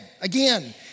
again